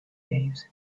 behaves